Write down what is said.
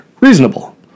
Reasonable